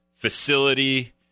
facility